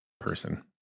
Person